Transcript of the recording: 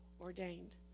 ordained